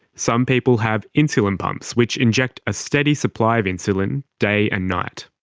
some people have insulin pumps, which inject a steady supply of insulin day and night.